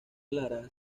clara